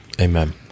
amen